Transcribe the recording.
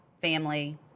family